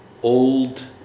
Old